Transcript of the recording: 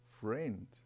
friend